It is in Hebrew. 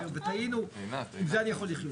אז עם זה אני יכול לחיות.